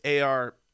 ar